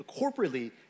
corporately